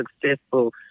successful